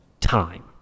time